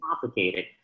complicated